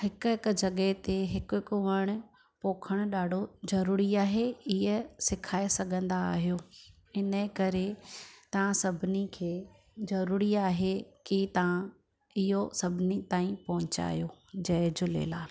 हिकु हिकु जॻह ते हिकु हिकु वणु पोख़ण ॾाढो ज़रूरी आहे ईअं सिखाए सघंदा आहियो हिन जे करे तव्हां सभिनी खे ज़रूरी आहे की तव्हां इहो सभिनी ताईं पोहंचायो जय झूलेलाल